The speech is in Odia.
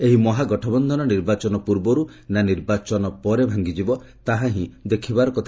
ଏହି ମହାଗଠବନ୍ଧନ ନିର୍ବାଚନ ପୂର୍ବରୁ ନା ନିର୍ବାଚନ ପରେ ଭାଙ୍ଗିଯିବ ତାହାହିଁ ଦେଖିପାର କଥା